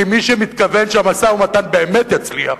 כי מי שמתכוון שהמשא-ומתן באמת יצליח,